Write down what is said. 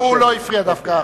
לא, הוא לא הפריע, דווקא.